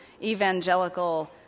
Evangelical